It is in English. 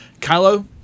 Kylo